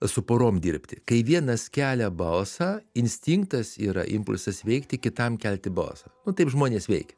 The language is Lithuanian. su porom dirbti kai vienas kelia balsą instinktas yra impulsas veikti kitam kelti balsą nu taip žmonės veikia